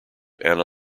anna